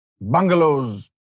bungalows